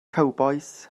cowbois